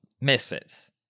Misfits